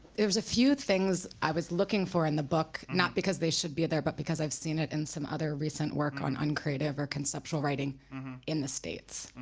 was a few things i was looking for in the book, not because they should be there but because i've seen it in some other recent work on uncreative or conceptual writing in the states,